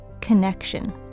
connection